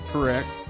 Correct